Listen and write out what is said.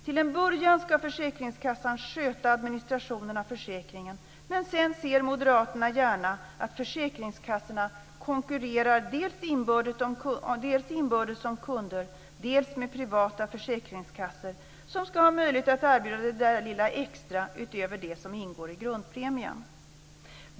Till en början ska försäkringskassan sköta administrationen av försäkringen, men sedan ser moderaterna gärna att försäkringskassorna konkurrerar dels inbördes om kunder, dels med privata försäkringskassor som ska ha möjlighet att erbjuda det där lilla extra utöver det som ingår i grundpremien.